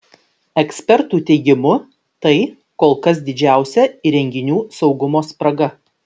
ekspertų teigimu tai kol kas didžiausia įrenginių saugumo spraga